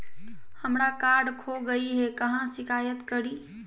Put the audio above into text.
हमरा कार्ड खो गई है, कहाँ शिकायत करी?